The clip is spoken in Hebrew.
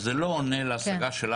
זה משהו שאנחנו עובדים עליו.